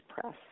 press